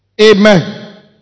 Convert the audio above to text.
Amen